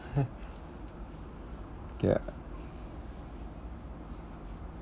okay ah